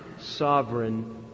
sovereign